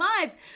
lives